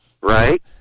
right